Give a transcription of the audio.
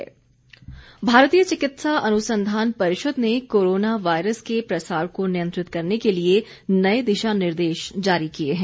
दिशा निर्दे श भारतीय चिकित्सा अनुसंधान परिषद ने कोरोना वायरस के प्रसार को नियंत्रित करने के लिए नए दिशा निर्देश जारी किए हैं